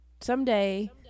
someday